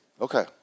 Okay